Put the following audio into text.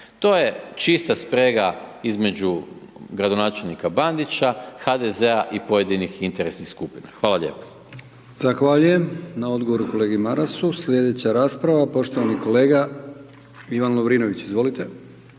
To je čista sprega između gradonačelnika Bandića, HDZ-a i pojedinih interesnih skupina. Hvala lijepo. **Brkić, Milijan (HDZ)** Zahvaljujem na odgovoru kolegi Marasu. Sljedeća rasprava, poštovani kolega Ivan Lovrinović. Izvolite.